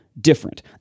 Different